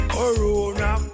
Corona